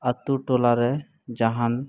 ᱟᱹᱛᱩ ᱴᱚᱞᱟᱨᱮ ᱡᱟᱦᱟᱱ